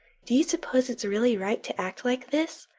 do you suppose it's really right to act like this?